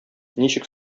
ничек